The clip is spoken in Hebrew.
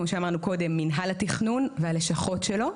כמו שאמרנו מקודם: מינהל התכנון והלשכות שלו.